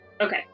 okay